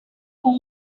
coal